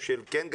אתה צודק.